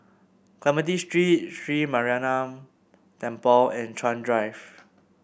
Clementi Street Sri Mariamman Temple and Chuan Drive